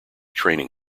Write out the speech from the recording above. training